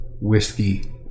whiskey